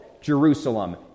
Jerusalem